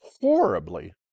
horribly